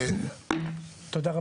תודה רבה.